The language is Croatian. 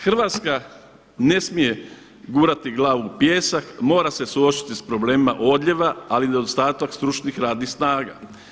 Hrvatska ne smije gurati glavu u pijesak, mora se suočiti sa problemima odljeva, ali i nedostatak stručnih radnih snaga.